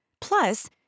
Plus